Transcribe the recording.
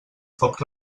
foc